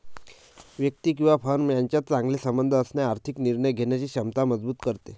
व्यक्ती किंवा फर्म यांच्यात चांगले संबंध असणे आर्थिक निर्णय घेण्याची क्षमता मजबूत करते